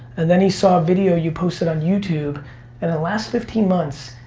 and then he saw a video you posted on youtube and the last fifteen months,